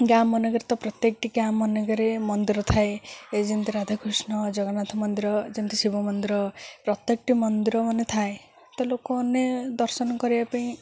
ଗାଁ ମାନଙ୍କରେ ତ ପ୍ରତ୍ୟେକଟି ଗାଁ ମାନଙ୍କରେ ମନ୍ଦିର ଥାଏ ଏ ଯେମିତି ରାଧାକୃଷ୍ଣ ଜଗନ୍ନାଥ ମନ୍ଦିର ଯେମିତି ଶିବ ମନ୍ଦିର ପ୍ରତ୍ୟେକଟି ମନ୍ଦିର ମାନେ ଥାଏ ତ ଲୋକମାନେ ଦର୍ଶନ କରିବା ପାଇଁ